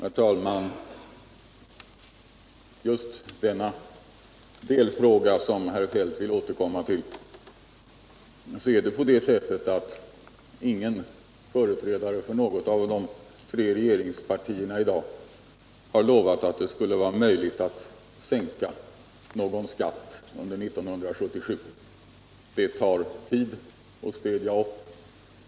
Herr talman! Beträffande just denna delfråga, som herr Feldt vill återkomma till, är det på det sättet att ingen företrädare för något av de tre regeringspartierna i dag har lovat att det skulle vara möjligt att sänka någon skatt under 1977. Det tar tid att städa upp.